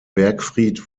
bergfried